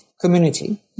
community